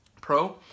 pro